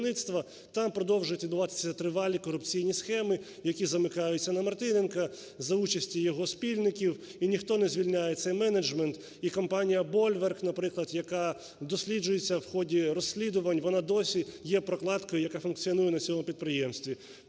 там продовжують відбуватися тривалі корупційні схеми, які замикаються на Мартиненку за участі його спільників, і ніхто не звільняє цей менеджмент, і компанія "Больверг", наприклад", яка досліджується в ході розслідувань, вона й досі є прокладкою, яка функціонує на цьому підприємстві.